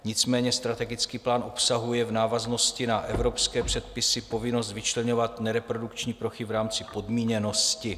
Nicméně strategický plán obsahuje v návaznosti na evropské předpisy povinnost vyčleňovat nereprodukční plochy v rámci podmíněnosti.